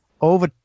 over